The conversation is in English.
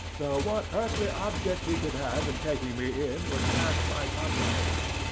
though what earthly object he could have in taking me in was past my comprehension.